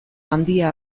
handia